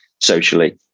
socially